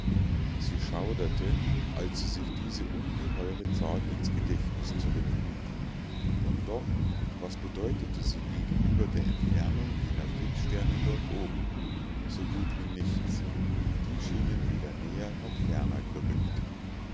sie schauderte als sie sich diese ungeheure zahl ins gedächtnis zurückrief und doch was bedeutete sie gegenüber der entfernung jener fixsterne dort oben so gut wie nichts die schienen weder näher noch ferner gerückt